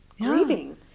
grieving